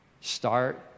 Start